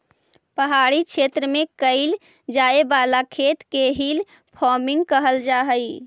पहाड़ी क्षेत्र में कैइल जाए वाला खेत के हिल फार्मिंग कहल जा हई